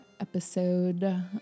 episode